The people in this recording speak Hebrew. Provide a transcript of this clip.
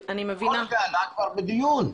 אבל כל זה עלה כבר בדיון.